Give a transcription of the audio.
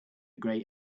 grey